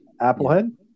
Applehead